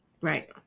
Right